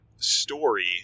story